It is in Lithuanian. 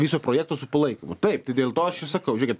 viso projekto su palaikymu taip tai dėl to aš ir sakau žiūrėkit